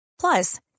Plus